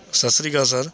ਸਤਿ ਸ਼੍ਰੀ ਅਕਾਲ ਸਰ